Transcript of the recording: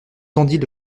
tendit